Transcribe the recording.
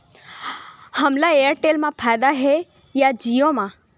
हमला एयरटेल मा फ़ायदा हे या जिओ मा?